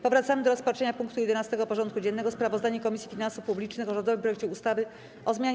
Powracamy do rozpatrzenia punktu 11. porządku dziennego: Sprawozdanie Komisji Finansów Publicznych o rządowym projekcie ustawy o zmianie